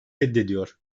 reddediyor